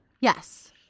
Yes